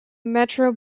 metro